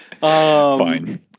Fine